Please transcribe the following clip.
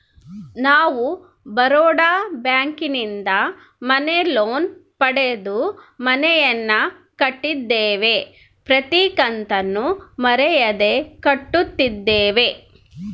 ನಾವು ಬರೋಡ ಬ್ಯಾಂಕಿನಿಂದ ಮನೆ ಲೋನ್ ಪಡೆದು ಮನೆಯನ್ನು ಕಟ್ಟಿದ್ದೇವೆ, ಪ್ರತಿ ಕತ್ತನ್ನು ಮರೆಯದೆ ಕಟ್ಟುತ್ತಿದ್ದೇವೆ